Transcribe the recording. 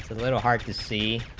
little hard to c